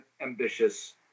ambitious